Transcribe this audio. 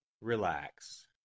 Relax